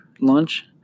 lunch